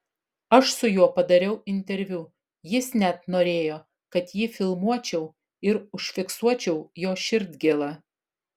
aš su juo padariau interviu jis net norėjo kad jį filmuočiau ir užfiksuočiau jo širdgėlą